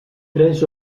tres